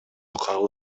кабыл